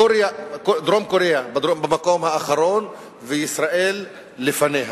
קוריאה, דרום-קוריאה, במקום האחרון, וישראל לפניה.